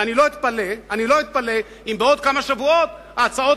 ואני לא אתפלא אם בעוד כמה שבועות ההצעות